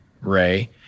Ray